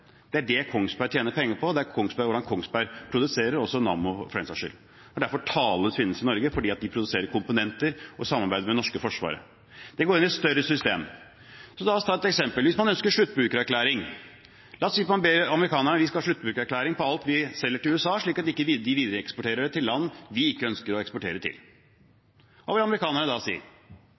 Det er det Kongsberg tjener penger på, og det er hvordan Kongsberg produserer – også Nammo, for den saks skyld. Det er derfor Thales finnes i Norge, fordi de produserer komponenter og samarbeider med det norske forsvaret. De inngår i et større system. Så la oss ta et eksempel, hvis man ønsker sluttbrukererklæring. La oss si at man ber amerikanerne om at vi skal ha sluttbrukererklæring på alt vi selger til USA, slik at ikke de videreeksporterer det til land vi ikke ønsker å eksportere til. Hva vil amerikanerne da si?